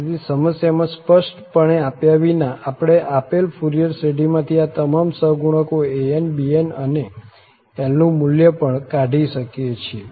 તેથી સમસ્યામાં સ્પષ્ટપણે આપ્યા વિના આપણે આપેલ ફુરિયર શ્રેઢીમાંથી આ તમામ સહગુણકો an bn અને L નું મુલ્ય પણ કાઢી શકીએ છીએ